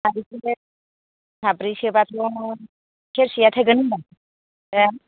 साबेसे साब्रैसोबाथ' सेरसेया थोगोन होनबा हो